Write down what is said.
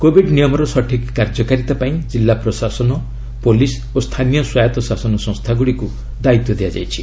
Covid ନିୟମର ସଠିକ୍ କାର୍ଯ୍ୟକାରୀତା ପାଇଁ ଜିଲ୍ଲା ପ୍ରଶାସନ ପୁଲିସ୍ ଓ ସ୍ଥାନୀୟ ସ୍ୱାୟତ୍ତଶାସନ ସଂସ୍ଥାଗୁଡ଼ିକୁ ଦାୟିତ୍ୱ ଦିଆଯାଇଛି